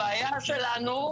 הבעיה שלנו,